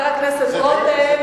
חבר הכנסת רותם,